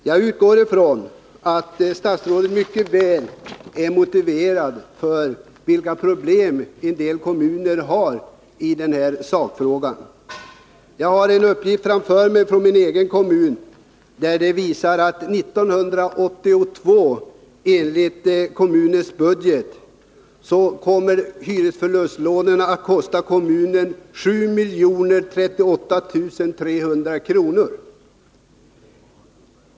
Jag utgår från att statsrådet mycket väl är insatt i vilka problem en del kommuner har på detta område. Jag har här en uppgift från min egen kommun om att hyresförlustlånen 1982 kommer att kosta kommunen 7 038 300 kr., enligt kommunens budget.